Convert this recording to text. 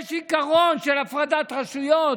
יש עיקרון של הפרדת רשויות,